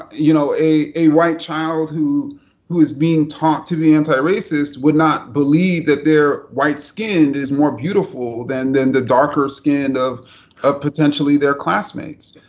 you know, a white child, who who is being taught to be antiracist, would not believe that their white skin is more beautiful than the the darker skin of ah potentially their classmates.